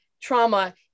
trauma